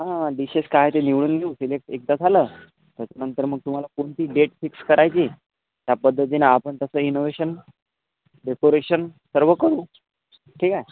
हा डिशेस काय आहे ते निवडून घेऊ सिलेक्ट एकदा झालं त्याच्यानंतर मग तुम्हाला कोणती डेट फिक्स करायची त्या पध्दतीनं आपण तसं इनोव्हेशन डेकोरेशन सर्व करू ठीक आहे